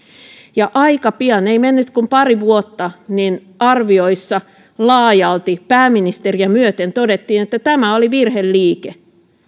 ja aika pian ei mennyt kuin pari vuotta arvioissa laajalti pääministeriä myöten todettiin että tämä oli virheliike